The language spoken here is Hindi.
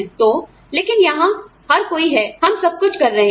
तो लेकिन यहाँ हर कोई है आप जानते हैं हम सब कुछ कर रहे हैं